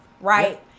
right